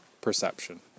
perception